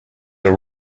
are